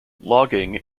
logging